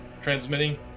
transmitting